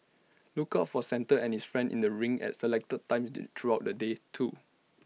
look out for Santa and his friends in the rink at selected times in throughout the day too